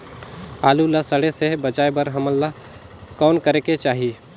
आलू ला सड़े से बचाये बर हमन ला कौन करेके चाही?